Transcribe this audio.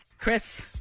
Chris